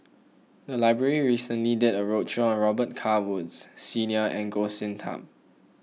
the library recently did a roadshow on Robet Carr Woods Senior and Goh Sin Tub